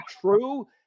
true